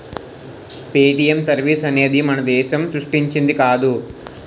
Paytm service అనేది మన దేశం సృష్టించింది కాదు